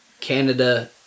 Canada